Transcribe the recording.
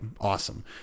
awesome